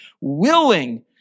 willing